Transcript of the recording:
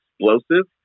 explosive